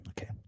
Okay